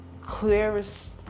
clearest